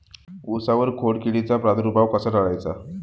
उसावर खोडकिडीचा प्रादुर्भाव कसा टाळायचा?